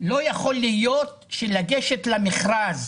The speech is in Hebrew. לא יכול להיות שלגשת למכרז